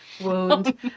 wound